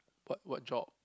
what what job